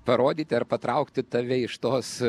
parodyti ar patraukti tave iš tos